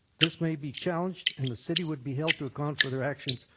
this may be challenged and the city would be held to account for their actions,